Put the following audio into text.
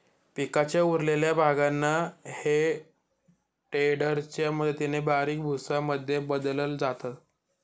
पिकाच्या उरलेल्या भागांना हे टेडर च्या मदतीने बारीक भुसा मध्ये बदलल जात